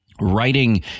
Writing